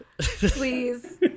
please